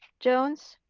jones,